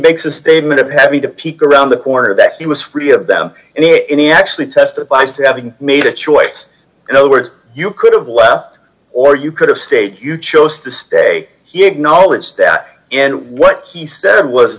makes a statement of having to peek around the corner that he was free of them in the actually testifies to having made a choice no words you could have left or you could have stayed you chose to stay he acknowledged that and what he said was